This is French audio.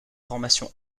formation